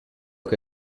che